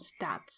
stats